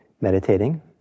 meditating